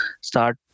start